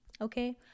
Okay